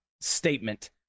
statement